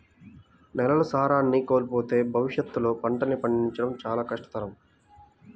నేలలు సారాన్ని కోల్పోతే భవిష్యత్తులో పంటల్ని పండించడం కష్టమవుతుంది